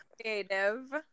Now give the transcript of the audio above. creative